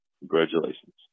Congratulations